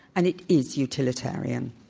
and it is utilitarian.